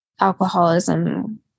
alcoholism